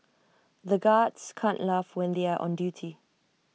the guards can't laugh when they are on duty